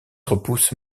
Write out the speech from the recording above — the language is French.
repousse